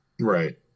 Right